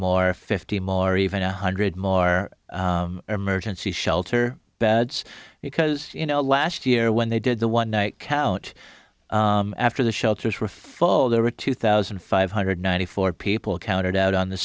more fifty more even one hundred more emergency shelter beds because you know last year when they did the one night count after the shelters for a fall there were two thousand five hundred ninety four people counted out on the